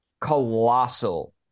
colossal